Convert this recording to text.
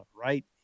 right